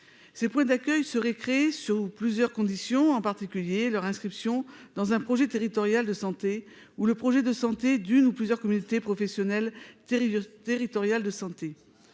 ces points d'accueil seraient créés sous plusieurs conditions, en particulier leur inscription dans un projet territorial de santé ou le projet de santé d'une ou plusieurs communautés professionnelles Thierry territorial de santé